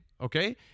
Okay